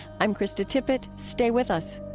i'm krista tippett. stay with us